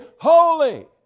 holy